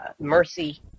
Mercy